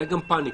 היתה גם פניקה.